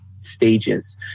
stages